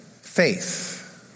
Faith